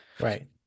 Right